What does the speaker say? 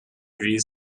with